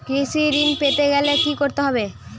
কৃষি ঋণ পেতে গেলে কি করতে হবে?